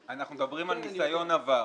יהיה כתוב: בעלי ניסיון בתחום פעילותו.